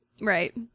right